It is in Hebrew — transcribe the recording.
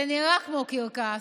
זה נראה כמו קרקס.